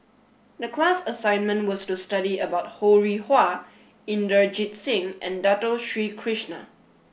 the class assignment was to study about Ho Rih Hwa Inderjit Singh and Dato Sri Krishna